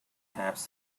tabs